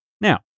Now